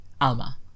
Alma